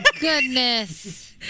goodness